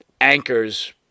anchors